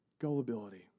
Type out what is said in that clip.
gullibility